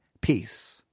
peace